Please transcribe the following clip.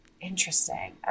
Interesting